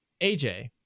AJ